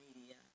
media